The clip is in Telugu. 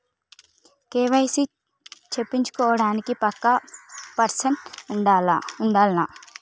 కే.వై.సీ చేపిచ్చుకోవడానికి పక్కా పర్సన్ ఉండాల్నా?